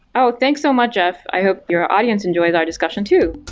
oh! thanks so much, jeff. i hope your audience enjoyed our discussion too.